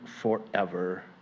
forever